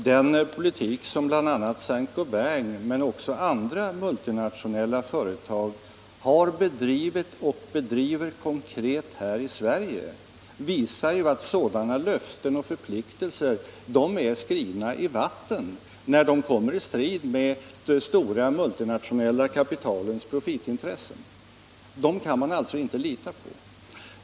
Herr talman! Den politik som bl.a. Saint-Gobain men också andra multinationella företag har bedrivit och bedriver här i Sverige visar att sådana löften och förpliktelser är skrivna i vatten, när de kommer ii strid med det stora multinationella kapitalets profitintressen. Sådana löften och förpliktelser kan man alltså inte lita på.